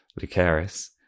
Lucaris